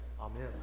Amen